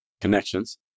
connections